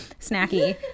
snacky